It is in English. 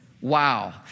Wow